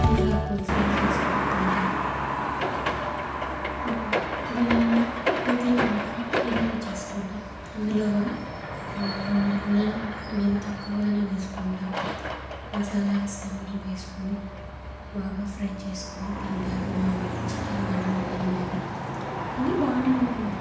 మునగాకు ఫ్రై చేసుకుని తింటాం biryani weekly one time biryani చేసుకుంటాం అందులో కూడా మేము అల్లం అల్లం అనేది తక్కువగానే వేసుకుంటాం మసాలాస్ అన్ని వేసుకుని బాగా ఫ్రై చేసుకుని తింటారు మా వాళ్ళు చికెన్ కానీ మటన్ కానీ అన్నీ బాగానే ఉంటుంది